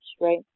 right